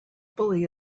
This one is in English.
bully